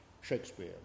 Shakespeare